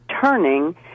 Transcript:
turning